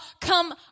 come